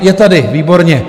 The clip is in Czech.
Je tady, výborně.